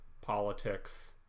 politics